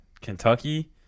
Kentucky